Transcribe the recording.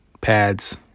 pads